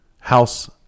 house